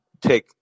take